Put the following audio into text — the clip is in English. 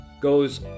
goes